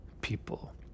people